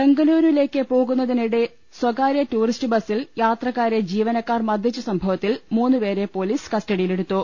ബെംഗ്ലൂരുവിലേക്ക് പോകുന്നതിനിടെ സ്ഥകാര്യ ടൂറിസ്റ്റ്ബസിൽ യാത്രക്കാരെ ജീവനക്കാർ മർദ്ദിച്ച സംഭ വത്തിൽ മൂന്ന് പേരെ കസ്റ്റഡിയിലെടുത്തു